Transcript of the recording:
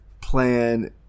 plan